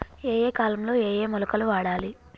ఏయే కాలంలో ఏయే మొలకలు వాడాలి?